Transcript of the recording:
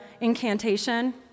incantation